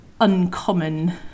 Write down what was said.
uncommon